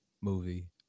movie